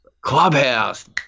Clubhouse